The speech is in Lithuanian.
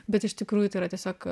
bet iš tikrųjų tai yra tiesiog